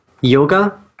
Yoga